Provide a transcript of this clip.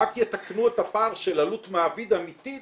רק יתקנו את הפער של עלות מעביד אמיתית